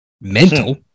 mental